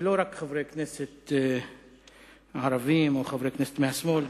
לא רק חברי כנסת ערבים או חברי כנסת מהשמאל,